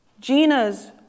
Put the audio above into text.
Gina's